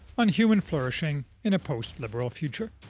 on human flourishing in a post-liberal future.